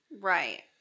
Right